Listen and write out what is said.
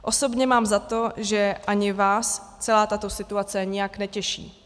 Osobně mám za to, že ani vás celá tato situace nijak netěší.